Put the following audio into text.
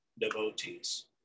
devotees